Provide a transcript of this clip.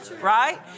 Right